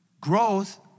Growth